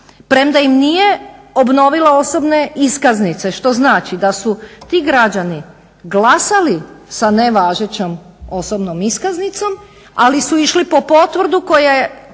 premda im nije obnovila osobne iskaznice, što znači da su ti građani glasali sa nevažećom osobnom iskaznicom ali su išli po potvrdu koja je